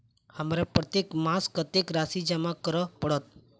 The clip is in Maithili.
हमरा प्रत्येक मास कत्तेक राशि जमा करऽ पड़त?